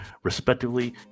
Respectively